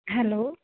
hello